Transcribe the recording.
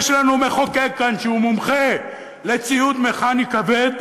יש לנו מחוקק כאן שהוא מומחה לציוד מכני כבד,